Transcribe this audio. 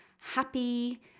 happy